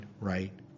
right